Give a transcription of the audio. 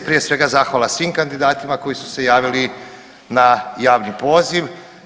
Prije svega zahvala svim kandidatima koji su se javili na javni poziv.